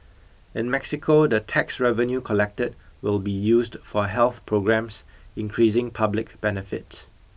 in Mexico the tax revenue collected will be used for health programmes increasing public benefit